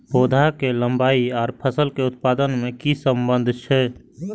पौधा के लंबाई आर फसल के उत्पादन में कि सम्बन्ध छे?